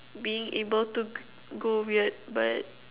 being able to go weird but